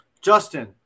Justin